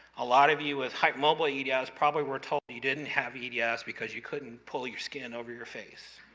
a lot of you with hypermobile yeah eds, probably were told you didn't have yeah eds, because you couldn't pull your skin over your face.